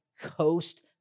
coast